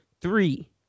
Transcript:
three